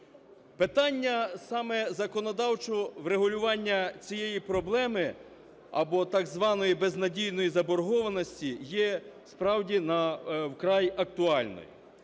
Питання саме законодавчого врегулювання цієї проблеми, або так званої безнадійної заборгованості, є справді вкрай актуальною.